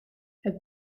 het